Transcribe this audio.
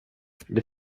det